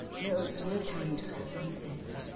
no it was no time to have a new baby